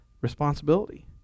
responsibility